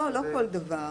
לא, לא כל דבר.